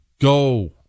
Go